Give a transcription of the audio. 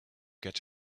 get